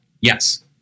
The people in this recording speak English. yes